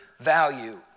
Value